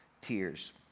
tears